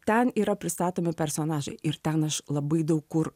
ten yra pristatomi personažai ir ten aš labai daug kur